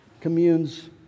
communes